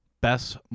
Best